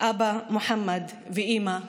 אבא מוחמד ואימא ע'זאלה.